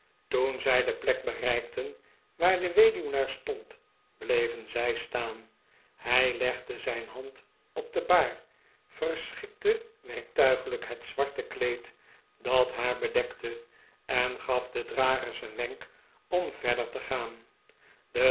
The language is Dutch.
toen zij de plek bereikten waar de weduwnaar stond bleven zij staan hij legde zijn hand op de baar verschikte werktuiglijk het zwarte kleed dat haar bedekte en gaf den dragers een wenk om verder te gaan de